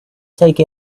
take